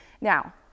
Now